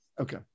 Okay